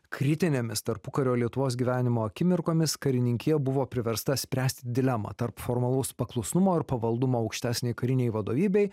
kritinėmis tarpukario lietuvos gyvenimo akimirkomis karininkija buvo priversta spręsti dilemą tarp formalaus paklusnumo ir pavaldumo aukštesnei karinei vadovybei